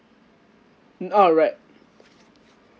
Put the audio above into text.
mm alright